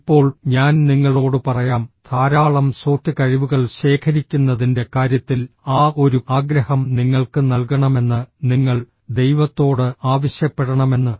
ഇപ്പോൾ ഞാൻ നിങ്ങളോട് പറയാം ധാരാളം സോഫ്റ്റ് കഴിവുകൾ ശേഖരിക്കുന്നതിന്റെ കാര്യത്തിൽ ആ ഒരു ആഗ്രഹം നിങ്ങൾക്ക് നൽകണമെന്ന് നിങ്ങൾ ദൈവത്തോട് ആവശ്യപ്പെടണമെന്ന്